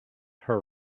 her